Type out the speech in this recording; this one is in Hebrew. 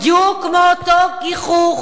בדיוק כמו אותו גיחוך,